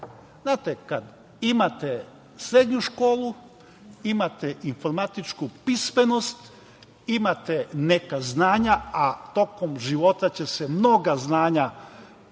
Znate, kad imate srednju školu, imate informatičku pismenost, imate neka znanja, a tokom života će se mnoga znanja